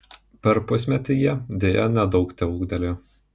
per pusmetį jie deja nedaug teūgtelėjo